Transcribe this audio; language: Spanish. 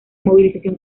movilización